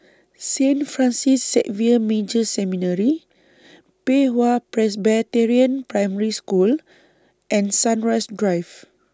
Saint Francis Xavier Major Seminary Pei Hwa Presbyterian Primary School and Sunrise Drive